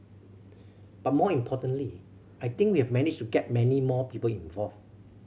but more importantly I think we have managed to get many more people involved